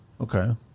Okay